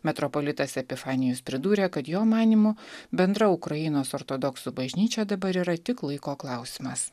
metropolitas epifanijus pridūrė kad jo manymu bendra ukrainos ortodoksų bažnyčia dabar yra tik laiko klausimas